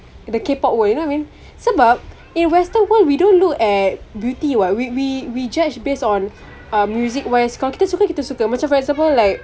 the K pop world you know what I mean sebab in western world we don't look at beauty [what] we we we judge based on uh music wise kalau kita suka kita suka macam for example like